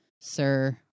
sir